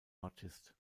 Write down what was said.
artist